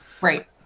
Right